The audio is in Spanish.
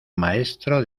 maestro